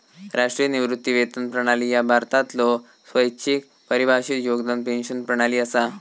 राष्ट्रीय निवृत्ती वेतन प्रणाली ह्या भारतातलो स्वैच्छिक परिभाषित योगदान पेन्शन प्रणाली असा